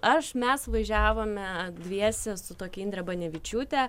aš mes važiavome dviese su tokia indre banevičiūte